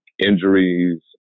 injuries